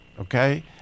okay